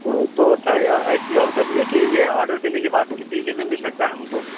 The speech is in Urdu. ہاں تو سر ایک چیز اور بتا دیجیے کہ یہ آڈر دینے کے بعد کتنی دیر میں مل سکتا ہے ہم کو